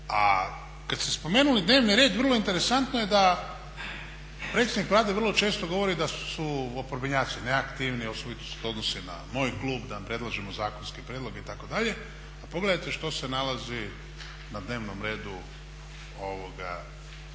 A kada ste spomenuli dnevni red, vrlo interesantno je da predsjednik Vlade vrlo često govori da su oporbenjaci neaktivni, osobito se to odnosi na moj klub, da ne zakonske prijedloge i tako dalje. A pogledajte što se nalazi na dnevnom redu, na